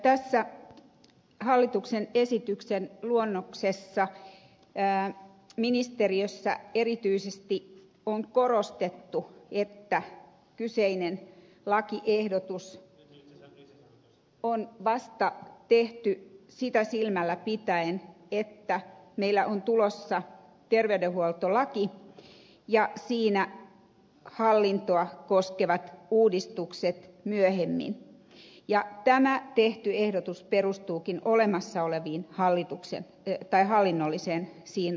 tässä hallituksen esityksen luonnoksessa ministeriössä erityisesti on korostettu että kyseinen lakiehdotus on tehty sitä silmälläpitäen että meillä on tulossa terveydenhuoltolaki ja siinä hallintoa koskevat uudistukset myöhemmin ja tämä tehty ehdotus perustuukin olemassa oleviin hallinnollisiin rakenteisiin